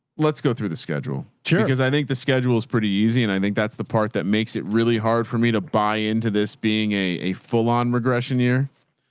let's go through the schedule. cause i think the schedule is pretty easy. and i think that's the part that makes it really hard for me to buy into this being a full on regression year,